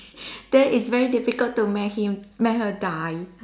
then it's very difficult to make him make her die